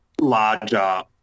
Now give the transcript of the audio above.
larger